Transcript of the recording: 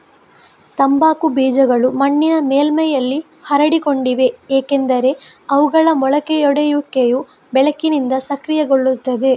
ತಂಬಾಕು ಬೀಜಗಳು ಮಣ್ಣಿನ ಮೇಲ್ಮೈಯಲ್ಲಿ ಹರಡಿಕೊಂಡಿವೆ ಏಕೆಂದರೆ ಅವುಗಳ ಮೊಳಕೆಯೊಡೆಯುವಿಕೆಯು ಬೆಳಕಿನಿಂದ ಸಕ್ರಿಯಗೊಳ್ಳುತ್ತದೆ